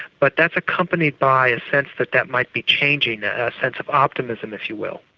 but that's accompanied by a sense that that might be changing ah ah a sense of optimism, if you will.